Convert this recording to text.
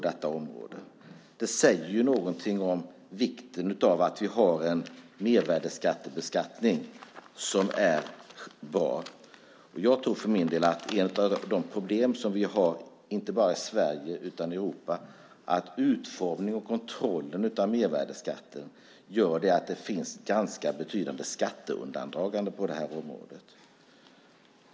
Det säger något om vikten av att vi har en mervärdesbeskattning som är bra. Ett av de problem som vi har, inte bara i Sverige utan i Europa, är att utformningen och kontrollen av mervärdesskatten gör att det finns ett ganska betydande skatteundandragande på detta område.